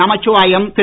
Namachivayam Thiru